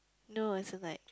no as in like